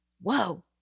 whoa